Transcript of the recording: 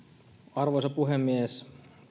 arvoisa puhemies